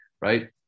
right